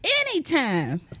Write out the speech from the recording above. Anytime